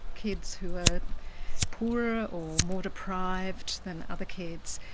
kids who are poorer or more deprived than other kids,